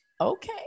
okay